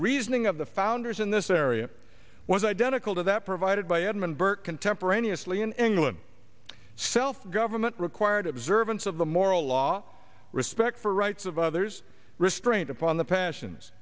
reasoning of the founders in this area was identical to that provided by edmund burke contemporaneously in england self government required observance of the moral law respect for rights of others restraint upon the passions